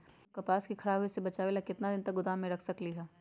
हम कपास के खराब होए से बचाबे ला कितना दिन तक गोदाम में रख सकली ह?